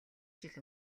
жил